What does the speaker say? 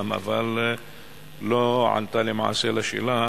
אבל למעשה לא ענתה לשאלה